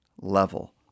level